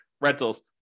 rentals